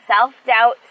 self-doubt